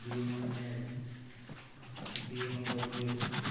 B one max BMW